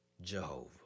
Jehovah